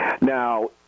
Now